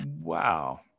Wow